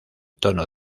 tono